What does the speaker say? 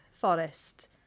forest